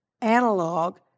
analog